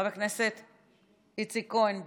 חבר הכנסת איציק כהן,